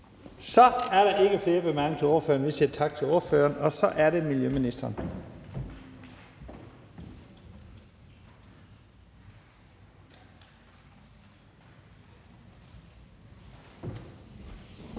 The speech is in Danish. Så er der ikke flere bemærkninger til ordføreren, og vi siger tak til ordføreren. Så er det miljøministeren.